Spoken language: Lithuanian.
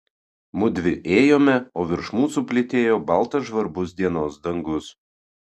mudvi ėjome o virš mūsų plytėjo baltas žvarbus dienos dangus